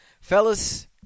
fellas